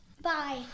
Bye